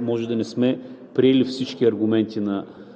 може да не сме приели всички аргументи на